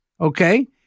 okay